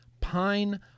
pine